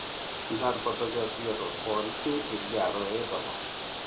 dar patogios vietos poilsiui ir gero ėdalo